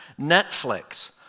Netflix